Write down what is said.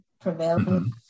prevailing